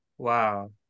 Wow